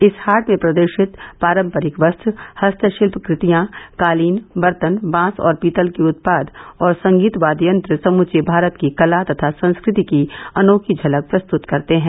इस हाट में प्रदर्शित पारम्परिक वस्त्र हस्तशिल्प कृतिया कालीन वर्तन बांस और पीतल के उत्पाद और संगीत वाद्य यंत्र समूचे भारत की कला तथा संस्कृति की अनोखी झलक प्रस्तृत करते हैं